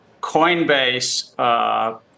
Coinbase